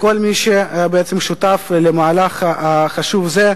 כל מי שבעצם שותף למהלך חשוב זה.